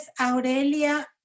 Aurelia